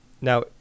Now